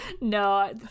No